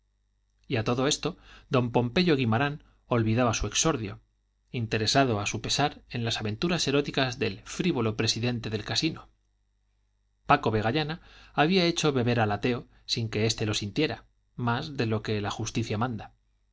a todo esto don pompeyo guimarán olvidaba su exordio interesado a su pesar en las aventuras eróticas del frívolo presidente del casino paco vegallana había hecho beber al ateo sin que este lo sintiera más de lo que la justicia manda